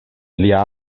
lia